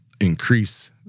increase